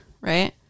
Right